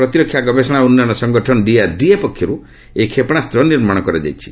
ପ୍ରତିରକ୍ଷା ଗବେଷଣା ଓ ଉନ୍ନୟନ ସଙ୍ଗଠନ ଡିଆର୍ଡିଏ ପକ୍ଷରୁ ଏହି କ୍ଷେପଣାସ୍ତ ନିର୍ମାଣ କରାଯାଇଛି